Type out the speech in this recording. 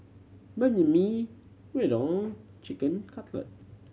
Banh Mi Gyudon Chicken Cutlet